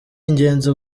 ingenzi